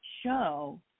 show